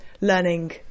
learning